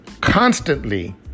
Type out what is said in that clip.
constantly